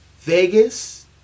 Vegas